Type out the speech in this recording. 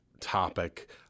topic